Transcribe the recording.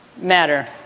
matter